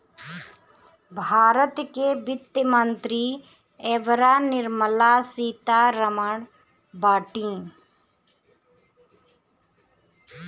भारत के वित्त मंत्री एबेरा निर्मला सीता रमण बाटी